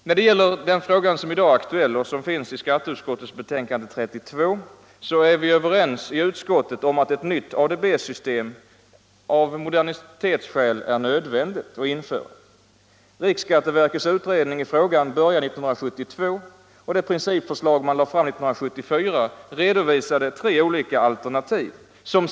När det gäller den fråga som i dag är aktuell och som behandlas i skatteutskottets betänkande nr 32 är vi i utskottet överens om att det av modernitetsskäl är nödvändigt att införa ett nytt ADB-system. Riksskatteverkets utredning i frågan började 1972, och det principförslag som lades fram 1974 redovisade tre olika alternativ.